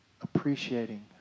appreciating